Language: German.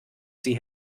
sie